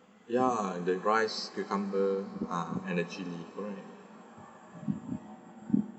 ya the rice cucumber ah and the chili correct